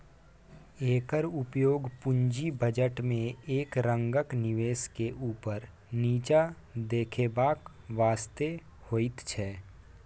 एकर उपयोग पूंजी बजट में एक रंगक निवेश के ऊपर नीचा देखेबाक वास्ते होइत छै